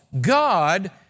God